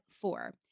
four